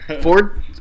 Ford